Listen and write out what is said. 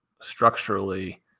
structurally